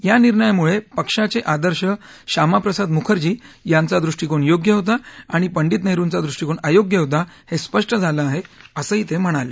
या निर्णया मुळे पक्षाचे आदर्श श्यामा प्रसाद मुखर्जी यांचा दृष्टिकोन योग्य होता आणि पंडित नेहरूंचा दृष्टिकोन अयोग्य होता हे स्पष्ट झालं आहे असंही ते म्हणाले